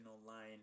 online